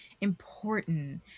important